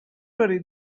worry